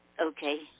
Okay